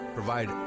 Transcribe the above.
provide